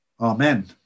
Amen